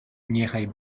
niechaj